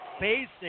basic